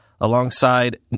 alongside